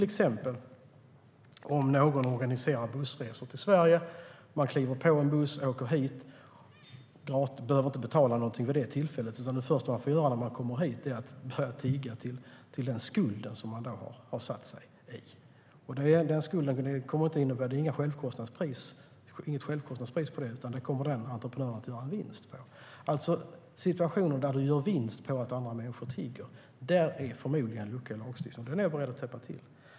Om någon till exempel organiserar bussresor till Sverige och man får kliva på en buss och åka hit behöver man inte betala något vid det tillfället, utan det första man får göra när man kommer fram är att börja tigga till den skuld som man har satt sig i. Det är inget självkostnadspris för den, utan där gör entreprenören en vinst. När det gäller situationen där man gör vinst på att andra människor tigger finns det förmodligen en lucka i lagstiftningen. Den är jag beredd att täppa till.